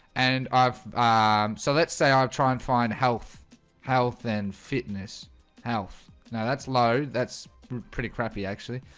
and i've so let's say i'll try and find health health and fitness health now, that's low that's pretty crappy actually